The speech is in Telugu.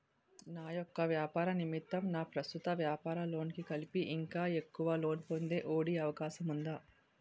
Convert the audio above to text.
నా యెక్క వ్యాపార నిమిత్తం నా ప్రస్తుత వ్యాపార లోన్ కి కలిపి ఇంకా ఎక్కువ లోన్ పొందే ఒ.డి అవకాశం ఉందా?